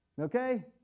Okay